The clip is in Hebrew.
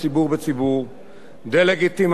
דה-לגיטימציה של ציבור בציבור,